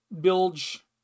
bilge